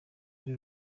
rwe